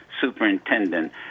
superintendent